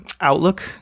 outlook